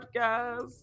Podcast